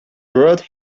brought